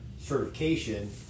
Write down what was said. certification